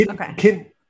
Okay